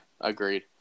agreed